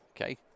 Okay